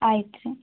ಆಯ್ತು ರೀ